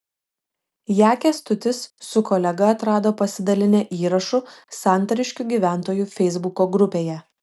ją kęstutis su kolega atrado pasidalinę įrašu santariškių gyventojų feisbuko grupėje